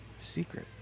Secret